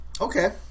okay